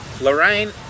Lorraine